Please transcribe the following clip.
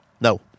No